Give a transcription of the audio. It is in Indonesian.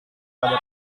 pada